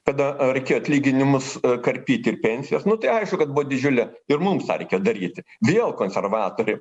kada reikėjo atlyginimus karpyt ir pensijas nu tai aišku kad buvo didžiulė ir mums tą reikėjo daryti vėl konservatoriai